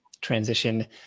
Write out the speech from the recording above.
transition